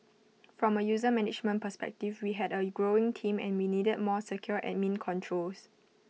from A user management perspective we had A growing team and we needed more secure admin controls